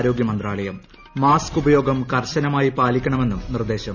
ആരോഗൃമന്ത്രാലയം മാസ്ക് ഉപയോഗം കർശനമായി പാലിക്കണമെന്നും നിർദ്ദേശം